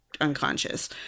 unconscious